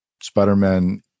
Spider-Man